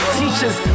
teachers